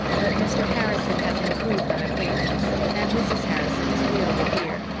but mr. harrison has improved on acquaintance, and mrs. harrison is really a dear.